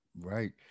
Right